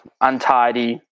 untidy